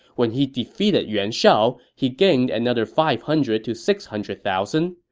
when he defeated yuan shao, he gained another five hundred to six hundred thousand.